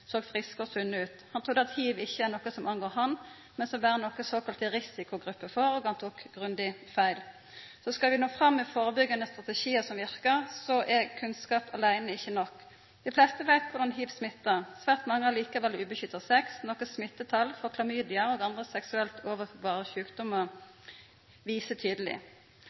såg friske og sunne ut. Han trudde at hiv ikkje er noko som angår han, men som berre nokre såkalla risikogrupper får – han tok grundig feil. Skal vi nå fram med førebyggjande strategiar som verkar, er kunnskap aleine ikkje nok. Dei fleste veit korleis hiv smittar. Svært mange har likevel ubeskytta sex, noko som smittetala for klamydia og andre seksuelt overførbare sjukdomar viser tydeleg.